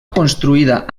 construïda